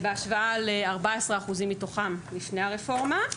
בהשוואה ל-14% מתוכם לפני הרפורמה.